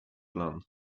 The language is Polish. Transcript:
plan